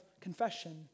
confession